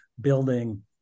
building